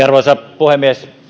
arvoisa puhemies